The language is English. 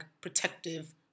protective